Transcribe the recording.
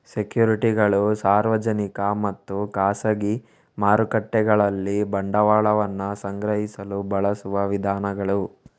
ಸೆಕ್ಯುರಿಟಿಗಳು ಸಾರ್ವಜನಿಕ ಮತ್ತು ಖಾಸಗಿ ಮಾರುಕಟ್ಟೆಗಳಲ್ಲಿ ಬಂಡವಾಳವನ್ನ ಸಂಗ್ರಹಿಸಲು ಬಳಸುವ ವಿಧಾನಗಳು